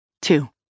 two